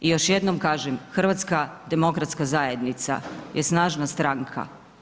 I još jednom kažem, Hrvatska demokratska zajednica je snažna stranka.